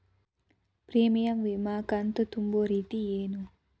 Premium ವಿಮಾ ಕಂತು ತುಂಬೋ ರೇತಿ ಏನು?